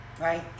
right